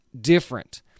different